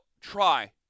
try